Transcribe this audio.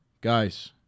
Guys